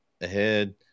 ahead